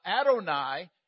Adonai